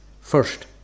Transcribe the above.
first